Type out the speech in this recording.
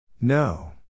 No